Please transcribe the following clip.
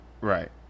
Right